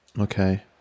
Okay